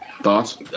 Thoughts